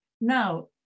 now